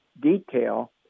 detail